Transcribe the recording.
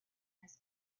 his